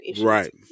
right